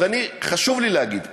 אז חשוב לי להגיד פה: